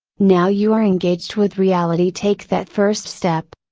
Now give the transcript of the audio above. now you are engaged with reality take that first step.